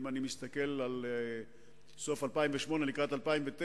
אם אני מסתכל על סוף 2008 לקראת 2009,